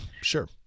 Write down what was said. sure